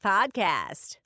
Podcast